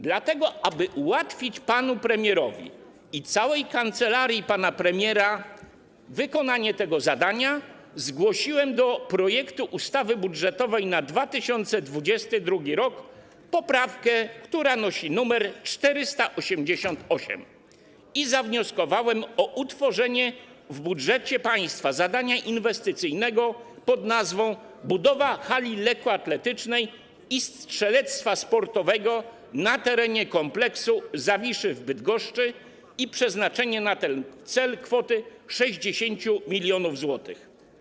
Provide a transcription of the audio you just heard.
Dlatego aby ułatwić panu premierowi i całej kancelarii pana premiera wykonanie tego zadania, zgłosiłem do projektu ustawy budżetowej na 2022 r. poprawkę, która nosi nr 488, i zawnioskowałem o utworzenie w budżecie państwa zadania inwestycyjnego pn. „Budowa hali lekkoatletycznej i strzelectwa sportowego na terenie kompleksu Zawiszy w Bydgoszczy” i przeznaczenie na ten cel kwoty 60 mln zł.